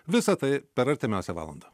visa tai per artimiausią valandą